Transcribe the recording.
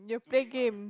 you play game